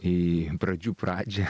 į pradžių pradžią